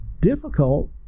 difficult